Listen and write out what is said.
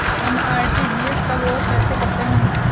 हम आर.टी.जी.एस कब और कैसे करते हैं?